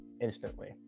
instantly